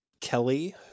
Kelly